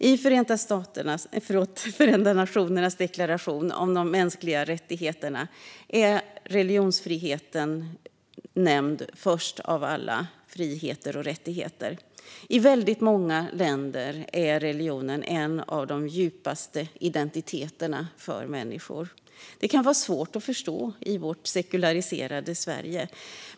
I Förenta nationernas deklaration om de mänskliga rättigheterna är religionsfriheten nämnd först av alla friheter och rättigheter. I väldigt många länder är religionen en av de djupaste identiteterna för människor. Det kan vara svårt att förstå i vårt sekulariserade Sverige.